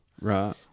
Right